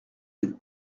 des